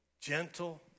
gentle